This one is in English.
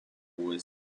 was